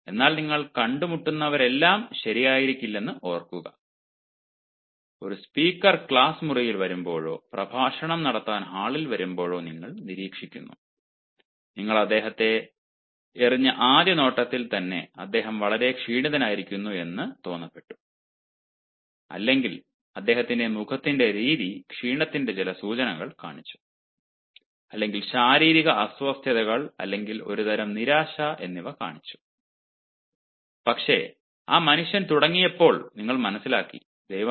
എന്നാൽ നിങ്ങൾ കണ്ടുമുട്ടുന്നതെല്ലാം ശരിയായിരിക്കില്ലെന്ന് ഓർക്കുക ഒരു സ്പീക്കർ ക്ലാസ് മുറിയിൽ വരുമ്പോഴോ പ്രഭാഷണം നടത്താൻ ഹാളിൽ വരുമ്പോഴോ നിങ്ങൾ നിരീക്ഷിക്കുന്നു നിങ്ങൾ അദ്ദേഹത്തെ എറിഞ്ഞ ആദ്യ നോട്ടത്തിൽ അദ്ദേഹം വളരെ ക്ഷീണിതനായിരുന്നു എന്ന് തോന്നപെട്ടു അല്ലെങ്കിൽ അദ്ദേഹത്തിൻറെ മുഖത്തിൻറെ രീതി ക്ഷീണത്തിന്റെ ചില സൂചനകൾ കാണിച്ചു അല്ലെങ്കിൽ ശാരീരിക അസ്വാസ്ഥ്യങ്ങൾ അല്ലെങ്കിൽ ഒരുതരം നിരാശ എന്നിവ കാണിച്ചു പക്ഷേ ആ മനുഷ്യൻ തുടങ്ങിയപ്പോൾ നിങ്ങൾ മനസ്സിലാക്കി ദൈവമേ